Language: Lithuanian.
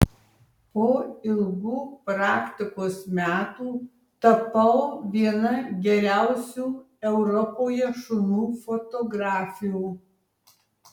po ilgų praktikos metų tapau viena geriausių europoje šunų fotografių